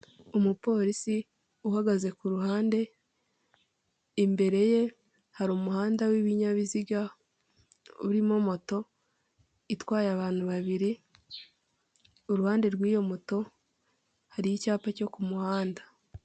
Umupolisi uhagaze ku ruhande, imbere ye hari umuhanda w'ibinyabiziga urimo moto itwaye abantu babiri, iruhande rw'iyo moto hari icyapa cyo ku muhanda.